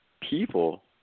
people